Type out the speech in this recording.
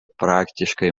praktiškai